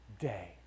day